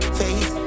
face